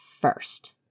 first